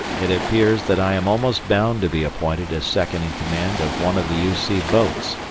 it appears that i am almost bound to be appointed as second in command of one of the u c. boats,